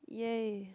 !yay!